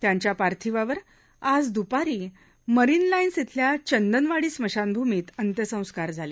त्यांच्या पार्थिवावर आज दुपार मिरत्तिलाइन्स इथल्या चंदनवाड स्मशानभूमत्ति अंत्यसंस्कार झाले